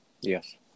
Yes